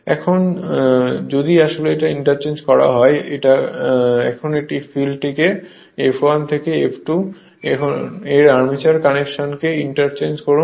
এখন এখন যদি আসলে ইন্টারচেঞ্জ হয় এখন ফিল্ডটিকে F1 থেকে F2 এর আর্মেচার কানেকশনকে ইন্টারচেঞ্জ করুন